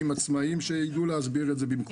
העצמאיים שידעו להסביר את זה במקומי.